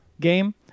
game